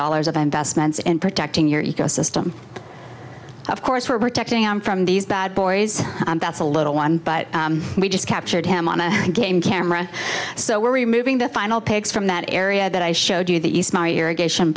dollars of investments in protecting your ecosystem of course we're protecting them from these bad boys that's a little one but we just captured him on a game camera so we're removing the final pegs from that area that i showed you that use my irrigation